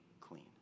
clean